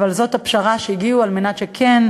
אבל זו הפשרה שאליה הגיעו כדי שאנשי